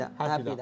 happy